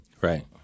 right